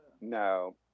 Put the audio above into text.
No